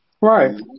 right